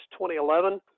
2011